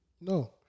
No